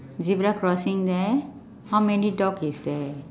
zebra crossing there how many dog is there